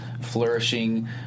flourishing